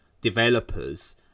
developers